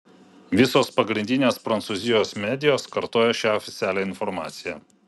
visos pagrindinės prancūzijos medijos kartojo šią oficialią informaciją